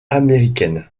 américaines